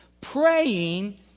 praying